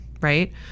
right